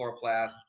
chloroplast